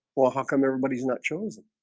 or how come everybody's not chosen